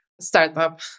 startup